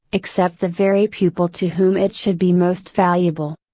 except the very pupil to whom it should be most valuable.